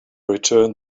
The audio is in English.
returned